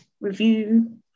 review